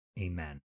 Amen